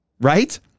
right